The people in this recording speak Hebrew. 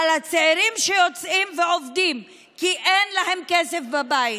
אבל הצעירים שיוצאים ועובדים כי אין להם כסף בבית,